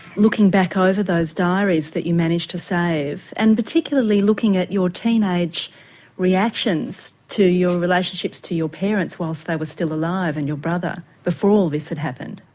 looking back over the diaries that you managed to save, and particularly looking at your teenage reactions to your relationships to your parents while they were still alive, and your brother, before all this had happened?